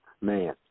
Man